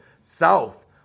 south